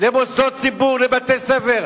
למוסדות ציבור, לבתי-ספר,